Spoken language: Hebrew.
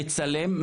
מצלם,